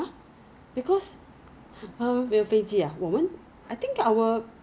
I know what you mean it's not like battered fried right like 很很很 flour-ish 那种 right